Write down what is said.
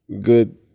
Good